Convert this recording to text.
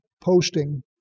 posting